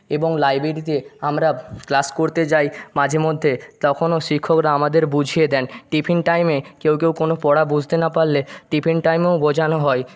এবং লাইব্রেরীতে আমরা ক্লাস করতে যাই মাঝে মধ্যে তখনও শিক্ষকরা আমাদের বুঝিয়ে দেন টিফিন টাইমে কেউ কেউ কোনো পড়া বুঝতে না পারলে টিফিন টাইমেও বোঝানো হয়